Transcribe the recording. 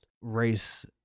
race